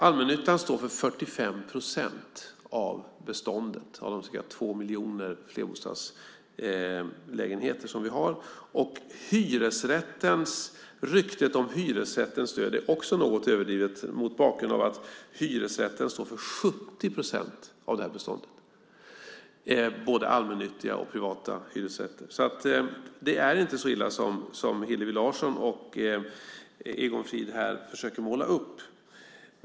Allmännyttan står för 45 procent av beståndet, av de ca 2 miljoner flerbostadslägenheter som vi har. Ryktet om hyresrättens död är också något överdrivet, mot bakgrund av att hyresrätten står för 70 procent av det här beståndet - det är både allmännyttiga och privata hyresrätter. Det är alltså inte så illa som Hillevi Larsson och Egon Frid här försöker måla upp.